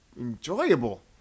enjoyable